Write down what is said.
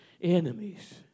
enemies